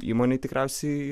įmonėj tikriausiai